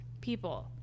people